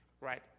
right